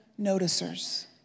noticers